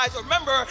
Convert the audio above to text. Remember